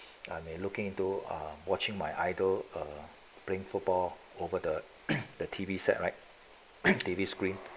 I'm looking into watching my idol uh playing football over the the T_V set right T_V screen